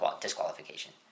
Disqualification